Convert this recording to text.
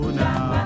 now